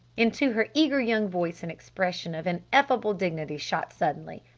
into her eager young voice an expression of ineffable dignity shot suddenly.